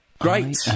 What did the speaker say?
Great